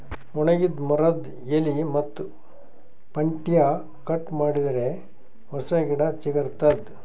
ಒಣಗಿದ್ ಮರದ್ದ್ ಎಲಿ ಮತ್ತ್ ಪಂಟ್ಟ್ಯಾ ಕಟ್ ಮಾಡಿದರೆ ಹೊಸ ಗಿಡ ಚಿಗರತದ್